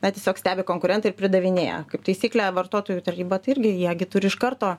na tiesiog stebi konkurentai ir pridavinėja kaip taisyklė vartotojų taryba tai irgi jie gi turi iš karto